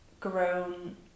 grown